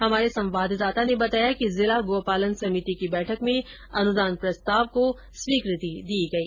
हमारे संवाददाता ने बताया कि जिला गोपालन समिति की बैठक में अनुदान प्रस्ताव को स्वीकृति दी गई